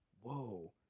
Whoa